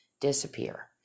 disappear